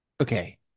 Okay